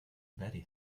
betty